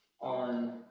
on